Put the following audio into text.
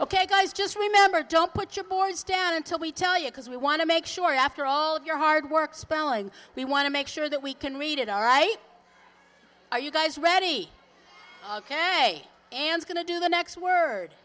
ok guys just remember don't put your boys down until we tell you because we want to make sure after all of your hard work spelling we want to make sure that we can read it all right are you guys ready ok and going to do the next word